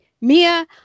Mia